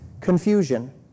confusion